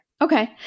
Okay